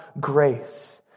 grace